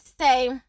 say